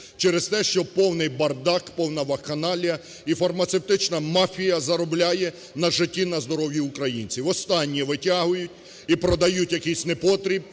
через те, що повний бардак, повна вакханалія і фармацевтична мафія заробляє на житті, на здоров'ї українців, останнє витягують і продають якийсь непотріб,